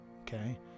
Okay